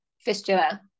fistula